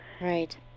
Right